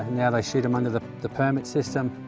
now they shoot them under the the permit system.